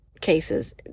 cases